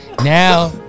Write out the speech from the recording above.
Now